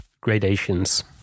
gradations